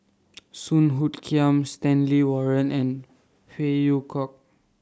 Song Hoot Kiam Stanley Warren and Phey Yew Kok